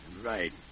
Right